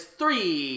three